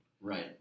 Right